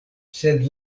sed